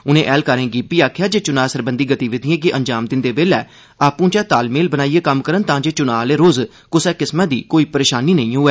उनें ऐह्लकारें गी आखेआ जे चुनां सरबंधी गतिविधिएं गी अंजाम दिंदे बेल्लै आपूं'चै तालमेल बनाइयै कम्म करन तांजे चुनां आह्ले रोज कुसा किस्मै दी कोई परेशानी नेई होऐ